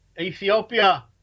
Ethiopia